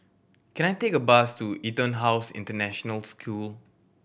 can I take a bus to EtonHouse International School